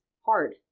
hard